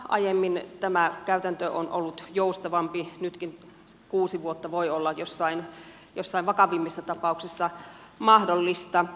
aiemmin tämä käytäntö on ollut joustavampi nytkin kuusi vuotta voi olla joissain vakavimmissa tapauksissa mahdollista